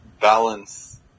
balance